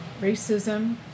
racism